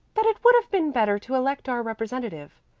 that it would have been better to elect our representative.